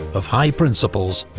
of high principles,